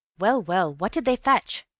well? well? what did they fetch?